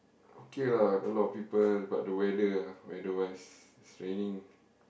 okay lah a lot of people but the weather weather wise it's raining